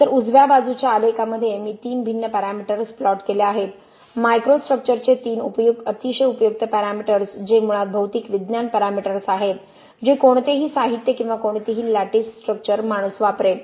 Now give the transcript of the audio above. नंतर उजव्या बाजूच्या आलेखामध्ये मी तीन भिन्न पॅरामीटर्स प्लॉट केले आहेत मायक्रोस्ट्रक्चरचे तीन अतिशय उपयुक्त पॅरामीटर्स जे मुळात भौतिक विज्ञान पॅरामीटर्स आहेत जे कोणतेही साहित्य किंवा कोणतीही लॅटिस स्ट्रकचर माणूस वापरेल